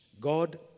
God